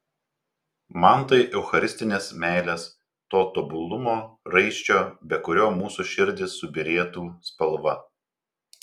man tai eucharistinės meilės to tobulumo raiščio be kurio mūsų širdys subyrėtų spalva